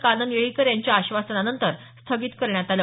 कानन येळीकर यांच्या आश्वासनानंतर स्थगित करण्यात आलं